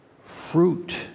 fruit